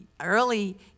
early